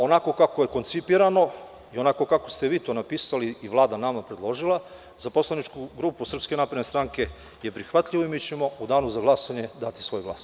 Onako kako je koncipirano i onako kako ste vi to napisali i Vlada nama predložila za poslaničku grupu SNS je prihvatljivo i mi ćemo u danu za glasanje dati svoj glas.